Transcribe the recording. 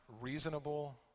reasonable